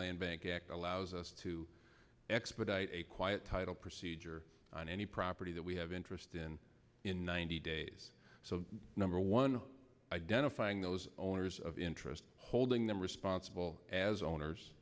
land bank allows us to expedite a quiet title procedure on any property that we have interest in in ninety days so number one identifying those owners of interest holding them responsible as owners